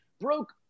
broke